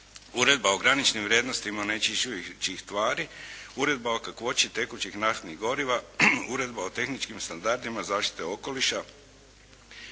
Uredba o graničnim vrijednostima onečišćujućih tvari, Uredba o kakvoći tekućih naftnih goriva, Uredba o tehničkim standardima zaštite okoliša